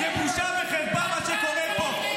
זו בושה וחרפה, מה שקורה פה.